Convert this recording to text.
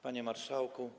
Panie Marszałku!